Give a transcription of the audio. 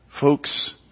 Folks